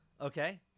Okay